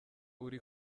uri